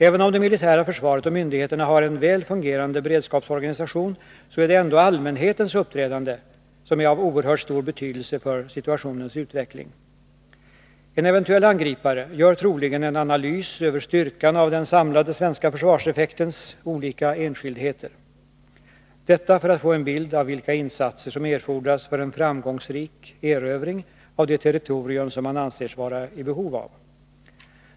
Även om det militära försvaret och myndigheterna har en väl fungerande beredskapsorganisation, är ändå allmänhetens uppträdande av oerhört stor betydelse för situationens utveckling. En eventuell angripare gör troligen en analys över styrkan av den samlade svenska försvarseffektens olika enskildheter. Detta för att få en bild av vilka insatser som erfordras för en framgångsrik erövring av det territorium som han anser sig vara i behov av.